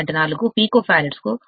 4 picofarad